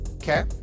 Okay